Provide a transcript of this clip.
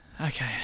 Okay